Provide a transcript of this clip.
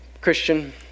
Christian